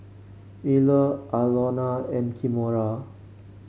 Miller Aloma and Kimora